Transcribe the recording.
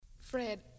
Fred